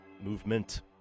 movement